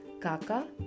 Kaka